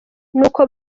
nuko